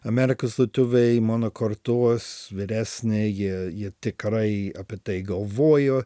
amerikos lietuviai mano kartos vyresnieji jie tikrai apie tai galvojo